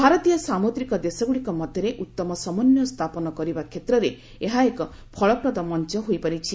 ଭାରତୀୟ ସାମୁଦ୍ରିକ ଦେଶଗୁଡ଼ିକ ମଧ୍ୟରେ ଉତ୍ତମ ସମନ୍ୱୟ ସ୍ଥାପନ କରିବା କ୍ଷେତ୍ରରେ ଏହା ଏକ ଫଳପ୍ରଦ ମଞ୍ଚ ହୋଇପାରିଛି